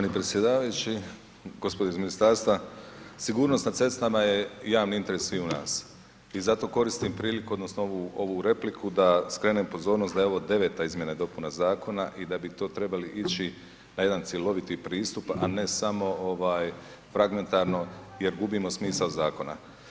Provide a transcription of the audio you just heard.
Poštovani predsjedavajući, gospodo iz ministarstva, sigurnost na cestama je javni interes sviju nas i zato koristim priliku odnosno ovu repliku da skrenem pozornost da je ovo deveta izmjena i dopuna zakona i da bi to trebali ići na jedan cjeloviti pristup, a ne samo fragmentarno jer gubimo smisao zakona.